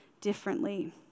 differently